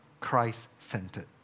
Christ-centered